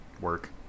work